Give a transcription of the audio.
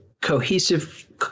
cohesive –